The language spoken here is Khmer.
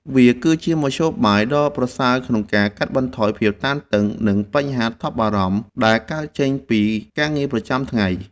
វាគឺជាមធ្យោបាយដ៏ប្រសើរក្នុងការកាត់បន្ថយភាពតានតឹង និងបញ្ហាថប់បារម្ភដែលកើតចេញពីការងារប្រចាំថ្ងៃ។